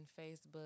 Facebook